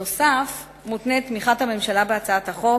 נוסף על כך מותנית תמיכת הממשלה בהצעת החוק